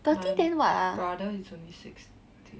my brother is only sixteen